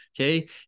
Okay